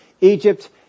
Egypt